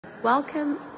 Welcome